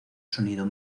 sonido